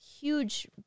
huge